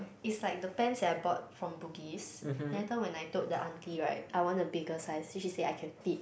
is like the pants that I bought from Bugis then later when I told the auntie right I want a bigger size she just say I can fit